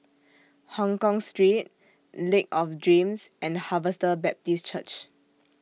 Hongkong Street Lake of Dreams and Harvester Baptist Church